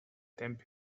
tempi